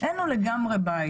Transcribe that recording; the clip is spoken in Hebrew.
אין לו לגמרי בית,